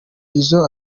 izzo